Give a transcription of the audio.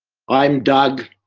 i'm doug,